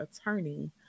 attorney